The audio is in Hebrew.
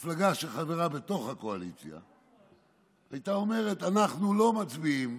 אם מפלגה שחברה בתוך הקואליציה הייתה אומרת: אנחנו לא מצביעים